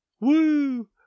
Woo